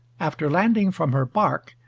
after landing from her barque,